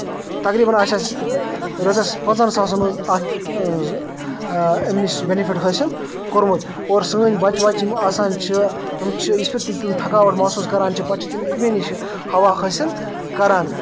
تقریٖبن آسہِ اَسہِ رۄپیس پانٛژہن ساسَن منٛز اَتھ اَمہِ نِش بینِفٹ حٲصِل کورمُت اور سٲنۍ بَچہٕ وَچہٕ یِم آسان چھِ تٔمۍ چھِ یژھ پھرِ تہِ تٔمۍ تھکاوَٹھ محسوٗس کران چھِ پَتہٕ چھِ تِم اَمہِ نِش ہوا حٲصِل کران